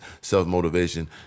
self-motivation